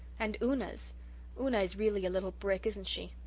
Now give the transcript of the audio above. and una's! una is really a little brick, isn't she?